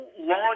long